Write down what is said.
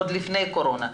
עוד לפני הקורונה.